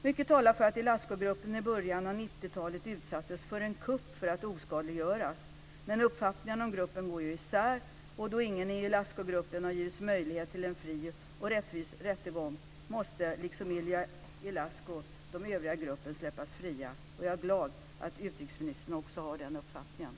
Mycket talar för att Ilascu-gruppen i början av 90 talet utsattes för en kupp för att oskadliggöras. Men uppfattningarna om gruppen går isär, och då ingen i Ilascu-gruppen har givits möjlighet till en fri och rättvis rättegång måste, liksom Ilie Ilascu, de övriga i gruppen släppas fria. Jag är glad att utrikesministern också har den uppfattningen.